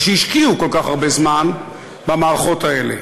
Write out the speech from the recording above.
ושהשקיעו כל כך הרבה זמן במערכות האלה.